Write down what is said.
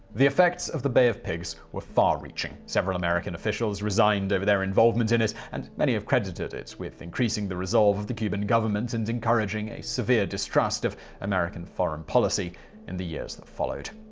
the effects of the bay of pigs were far reaching. several american officials resigned over their involvement in it, and many have credited it with increasing the resolve of the cuban government and encouraging a severe distrust of american foreign policy in the years that followed.